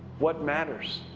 what matters?